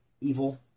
Evil